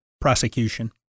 prosecution